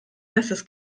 bestes